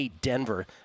Denver